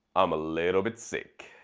i'm a little bit sick